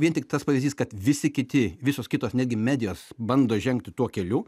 vien tik tas pavyzdys kad visi kiti visos kitos netgi medijos bando žengti tuo keliu